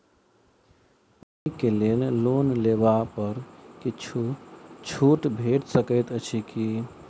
पढ़ाई केँ लेल लोन लेबऽ पर किछ छुट भैट सकैत अछि की?